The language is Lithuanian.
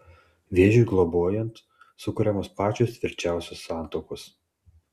vėžiui globojant sukuriamos pačios tvirčiausios santuokos